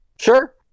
Sure